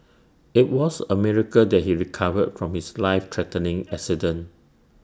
IT was A miracle that he recovered from his life threatening accident